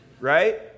right